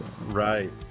Right